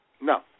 No